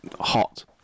hot